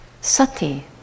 sati